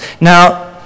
Now